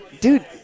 dude